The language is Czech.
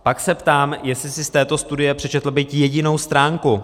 Pak se ptám, jestli si z této studie přečetl byť jedinou stránku.